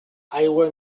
aigua